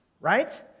right